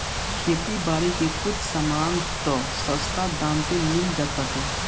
खेती बारी के कुछ सामान तअ सस्ता दाम पे मिल जात बाटे